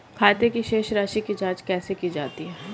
खाते की शेष राशी की जांच कैसे की जाती है?